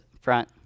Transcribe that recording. front